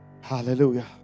Hallelujah